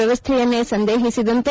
ವ್ಯವಸ್ಡೆಯನ್ನೇ ಸಂದೇಹಿಸಿದಂತೆ